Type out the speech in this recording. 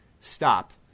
stop